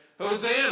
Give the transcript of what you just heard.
Hosanna